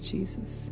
Jesus